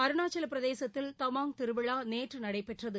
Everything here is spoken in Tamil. அருணாச்சல பிரதேசத்தில் தவாங் திருவிழா நேற்று நடைபெற்றது